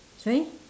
sorry